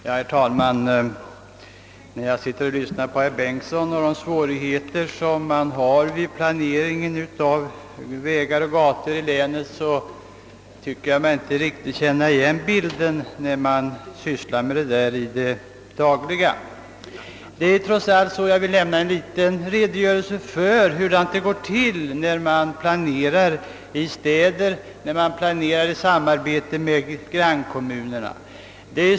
Herr talman! När jag lyssnat till herr Bengtsons i Solna anförande om de svårigheter som möter i hans län vid planeringen av vägar och gator tycker jag mig inte riktigt känna igen den bild man får vid det dagliga sysslandet med sådana frågor. Jag vill helt kort lämna en redogörelse för hur det går till när man planerar i städer och när man planerar i samarbete med grannkommuner.